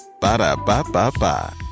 Ba-da-ba-ba-ba